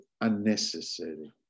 unnecessary